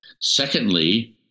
Secondly